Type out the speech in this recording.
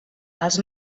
els